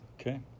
Okay